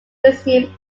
museum